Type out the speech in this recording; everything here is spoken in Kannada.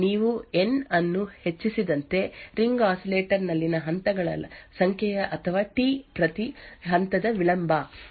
ಆದ್ದರಿಂದ n ಎಂಬುದು ರಿಂಗ್ ಆಸಿಲೇಟರ್ ನಲ್ಲಿನ ಹಂತಗಳ ಸಂಖ್ಯೆಯು ಆವರ್ತನವನ್ನು ಹೆಚ್ಚಿಸುತ್ತದೆ ಎಂದು ಅರ್ಥಮಾಡಿಕೊಳ್ಳುವುದು ಸುಲಭ ಆದರೆ t ಆಗಿರುವ ಪ್ರತಿ ಇನ್ವರ್ಟರ್ ನ ವಿಳಂಬವು ಈ ಗೇಟ್ ಗಳ ತಯಾರಿಕೆಯ ಪ್ರಕ್ರಿಯೆಯನ್ನು ಅವಲಂಬಿಸಿರುತ್ತದೆ